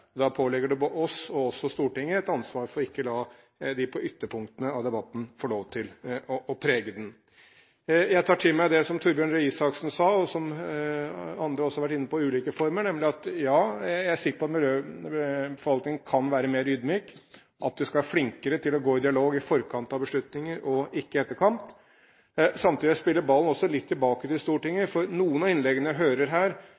Da påligger det oss, og også Stortinget, et ansvar for ikke å la de ytterliggående få lov til å prege debatten. Jeg tar til meg det som Torbjørn Røe Isaksen sa, og som andre også har vært inne på i ulike former, nemlig at jeg er sikker på at miljøforvaltningen kan være mer ydmyk, at vi skal være flinkere til å gå i dialog i forkant av beslutningene og ikke i etterkant. Samtidig spiller jeg ballen litt tilbake til Stortinget, for noen av innleggene jeg hører her,